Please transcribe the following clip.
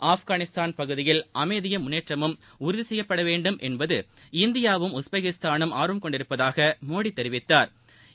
ஆப்கானிஸ்தான் பகுதியில் அமைதியும் முன்னேற்றமும் உறுதி செய்யப்பட வேண்டும் என்பது இந்தியாவும் உஸ்பெகிஸ்தானும் ஆர்வம் கொண்டிருப்பதாக மோடி தெரிவித்தாா்